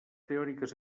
teòriques